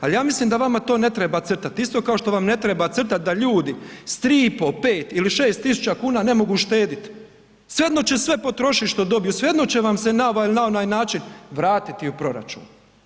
Ali ja mislim da to vama ne treba crtati, isto kao što vam ne treba crtati da ljudi s 3.500, 5.000 ili 6.000 kuna ne mogu štediti, svejedno će sve potrošiti što dobiju, svejedno će vam se na ovaj ili na onaj način vratiti u proračun.